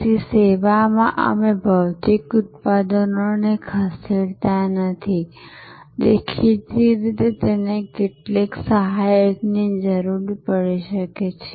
તેથી સેવામાં અમે ભૌતિક ઉત્પાદનોને ખસેડતા નથી દેખીતી રીતે તેને કેટલીક સહાયકની જરૂર પડી શકે છે